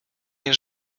nie